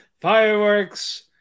Fireworks